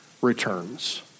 returns